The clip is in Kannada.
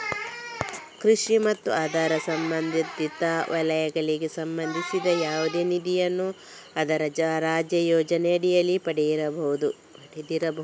ಕೃಷಿ ಮತ್ತು ಅದರ ಸಂಬಂಧಿತ ವಲಯಗಳಿಗೆ ಸಂಬಂಧಿಸಿದ ಯಾವುದೇ ನಿಧಿಯನ್ನು ಅದರ ರಾಜ್ಯ ಯೋಜನೆಯಡಿಯಲ್ಲಿ ಪಡೆದಿರಬಹುದು